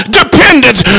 dependence